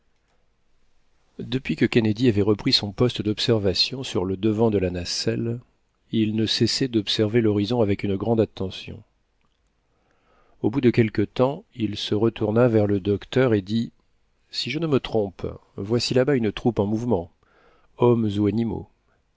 depuis que kennedy avait repris son poste d'observation sur le devant de la nacelle il ne cessait dobserver l'horizon avec une grande attention au bout de quelque temps il se retourna vers le docteur et dit si je ne me trompe voici là-bas une troupe en mouvement hommes ou animaux